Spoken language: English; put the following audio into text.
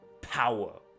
power